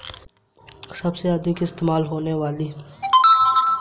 सबसे अधिक इस्तेमाल होने वाला प्राकृतिक फ़ाइबर कॉटन है